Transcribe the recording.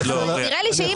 אנחנו יודעים שהם